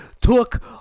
took